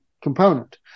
component